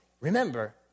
Remember